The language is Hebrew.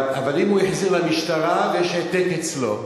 אבל אם הוא החזיר למשטרה ויש העתק אצלו?